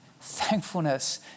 thankfulness